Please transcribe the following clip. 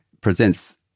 presents